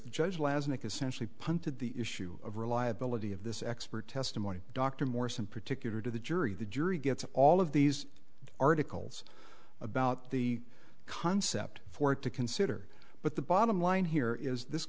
the judge last and essentially punted the issue of reliability of this expert testimony dr morse in particular to the jury the jury gets all of these articles about the concept for it to consider but the bottom line here is this